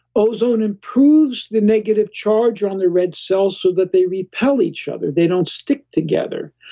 ozone improves the negative charge on the red cells so that they repel each other, they don't stick together.